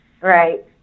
right